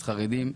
חרדים,